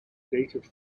dated